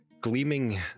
gleaming